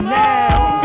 now